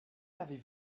l’avez